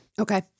Okay